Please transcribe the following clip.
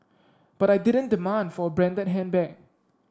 but I didn't demand for a branded handbag